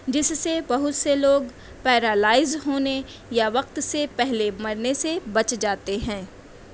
جس سے بہت سے لوگ پیرالائز ہونے یا وقت سے پہلے مرنے سے بچ جاتے ہیں